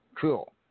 Cool